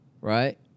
Right